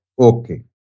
Okay